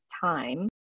time